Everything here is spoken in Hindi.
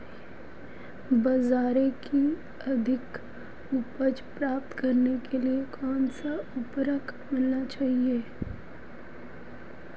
बाजरे की अधिक उपज प्राप्त करने के लिए कौनसा उर्वरक मिलाना चाहिए?